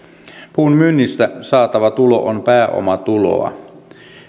puun myynnistä saatava tulo on pääomatuloa